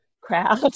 crowd